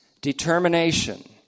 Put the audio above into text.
determination